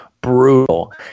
brutal